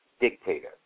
dictator